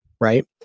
right